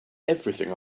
everything